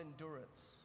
endurance